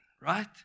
right